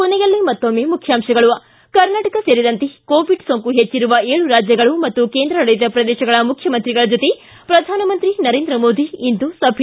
ಕೊನೆಯಲ್ಲಿ ಮತ್ತೊಮ್ಮೆ ಮುಖ್ಯಾಂಶಗಳು ಿ ಕರ್ನಾಟಕ ಸೇರಿದಂತೆ ಕೋವಿಡ್ ಸೋಂಕು ಹೆಚ್ಚರುವ ಏಳು ರಾಜ್ಯಗಳು ಮತ್ತು ಕೇಂದ್ರಾಡಳಿತ ಪ್ರದೇಶಗಳ ಮುಖ್ಯಮಂತ್ರಿಗಳ ಜೊತೆ ಪ್ರಧಾನಮಂತ್ರಿ ನರೇಂದ್ರ ಮೋದಿ ಇಂದು ಸಭೆ